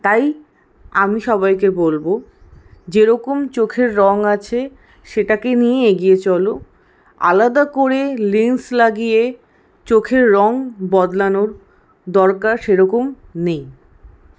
তাই আমি সবাইকে বলব যেরকম চোখের রঙ আছে সেটাকে নিয়েই এগিয়ে চলো আলাদা করে লেন্স লাগিয়ে চোখের রঙ বদলানোর দরকার সেরকম নেই